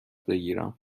بگیرم